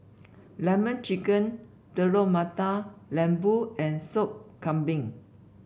lemon chicken Telur Mata Lembu and Soup Kambing